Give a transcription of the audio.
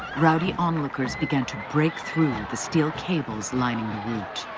rowdy onlookers began to break through the steel cables lining the route.